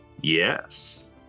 Yes